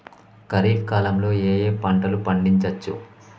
ఖరీఫ్ కాలంలో ఏ ఏ పంటలు పండించచ్చు?